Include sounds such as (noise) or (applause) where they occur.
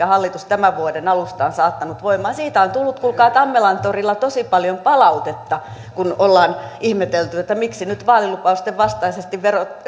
(unintelligible) hallitus tämän vuoden alusta on saattanut voimaan siitä on tullut kuulkaa tammelan torilla tosi paljon palautetta kun on ihmetelty miksi nyt vaalilupausten vastaisesti